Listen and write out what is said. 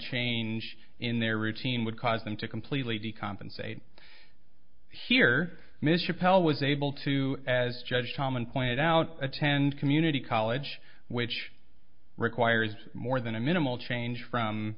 change in their routine would cause them to completely the compensation here michelle was able to as judge common pointed out attend community college which requires more than a minimal change from